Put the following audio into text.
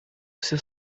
все